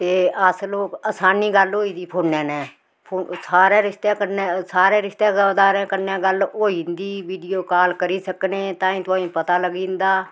ते अस लोक असानी गल्ल होई गेदी फोनै ने सारें रिश्ते कन्नै सारें रिश्तेदारे कन्नै गल्ल होई जंदी वीडियो काल करी सकने ताईं तोआईं पता लग्गी जंदा